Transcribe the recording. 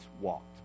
walked